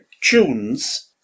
tunes